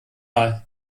mal